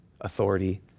authority